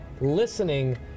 listening